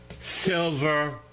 silver